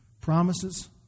promises